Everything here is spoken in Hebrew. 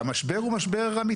והמשבר הוא משבר אמיתי.